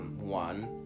one